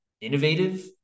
innovative